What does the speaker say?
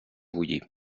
bullir